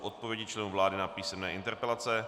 Odpovědi členů vlády na písemné interpelace